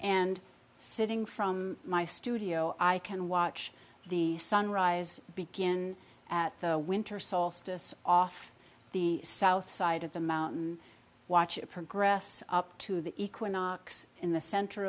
and sitting from my studio i can watch the sunrise begin at the winter solstice off the south side of the mountain watch it progress up to the equinox in the center